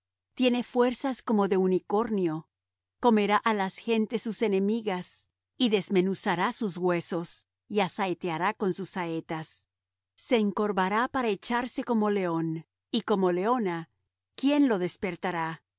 tiene fuerzas como de unicornio comerá á las gentes sus enemigas y desmenuzará sus huesos y asaeteará con sus saetas se encorvará para echarse como león y como leona quién lo despertará